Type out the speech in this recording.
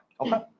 Okay